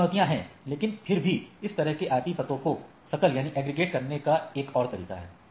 तो चुनौतियां हैं लेकिन फिर भी इस तरह के आईपी पतों को सकल करने का एक और तरीका है